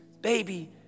baby